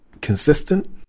consistent